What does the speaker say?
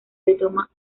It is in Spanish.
retoma